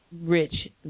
rich